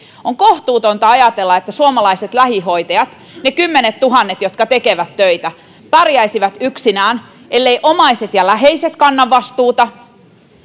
on kohtuutonta ajatella että suomalaiset lähihoitajat ne kymmenettuhannet jotka tekevät töitä pärjäisivät yksinään elleivät omaiset ja läheiset kanna vastuuta